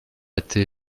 été